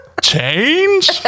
Change